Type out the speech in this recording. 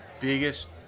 biggest